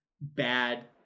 bad